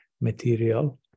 material